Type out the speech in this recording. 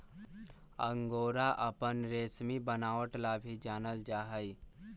angora अपन रेशमी बनावट ला भी जानल जा हई